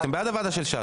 אתם בעד הוועדה של ש"ס?